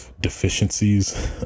deficiencies